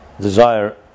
Desire